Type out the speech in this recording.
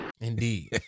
Indeed